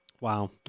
Wow